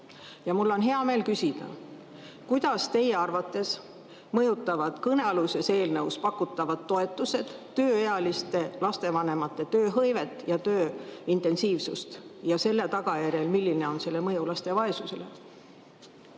Ja mul on hea meel küsida, kuidas teie arvates mõjutavad kõnealuses eelnõus pakutavad toetused tööealiste lastevanemate tööhõivet ja töö intensiivsust ja milline on selle tagajärjel selle mõju laste vaesusele?